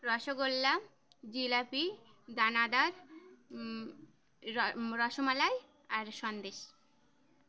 রসগোল্লা জিলাপি দানাদার র রসমলাই আর সন্দেশ